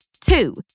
Two